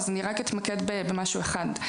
אז אני רק אתמקד במשהו אחד.